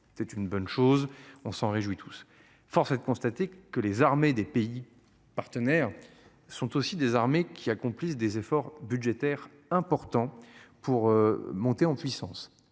c'est une bonne chose. On s'en réjouit tous. Force est de constater que les armées des pays partenaires. Sont aussi armées qui accomplissent des efforts budgétaires importants pour monter en puissance